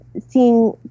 seeing